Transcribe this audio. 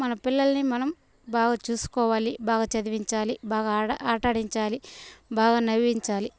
మన పిల్లల్ని మనం బాగా చూస్కోవాలి బాగా చదివించాలి బాగా ఆడ ఆటాడించాలి బాగా నవ్వించాలి